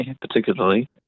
particularly